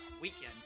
weekend